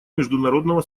международного